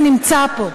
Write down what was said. שנמצא פה.